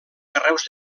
carreus